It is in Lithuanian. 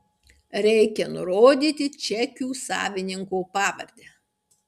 reikia nurodyti čekių savininko pavardę